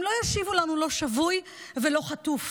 הם לא ישיבו לנו לא שבוי ולא חטוף.